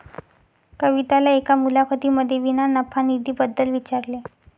कविताला एका मुलाखतीमध्ये विना नफा निधी बद्दल विचारले